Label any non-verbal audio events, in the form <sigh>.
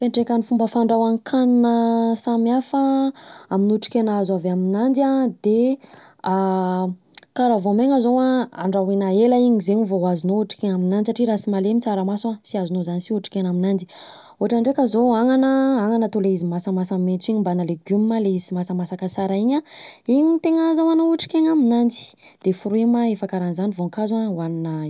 Fiantraikan'ny fomba fandrahoan-kanina samihafa amin'ny otrikaina azo avy aminanjy an de, <hesitation> karaha vaomaina zao an, andrahoina ela iny zegny vao azonao otrikaina aminanjy satria raha tsy malemy tsaramaso an, tsy azonao zany sy otrikaina aminany de anana ndreka anana anana le izy masamasa maitso iny mbana legioma le izy tsy masamasaka tsara iny, iny no tegna azahoana otrikaina aminanjy de fruit ma efa karanzany voankazo an hoanina izy le hoe: manta.